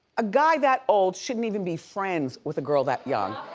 a guy that old shouldn't even be friends with a girl that young.